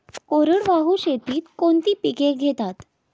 कोरडवाहू शेतीत कोणती पिके घेतात?